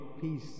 peace